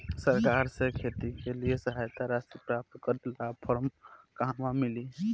सरकार से खेत के लिए सहायता राशि प्राप्त करे ला फार्म कहवा मिली?